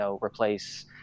replace